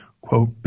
quote